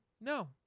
No